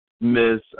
miss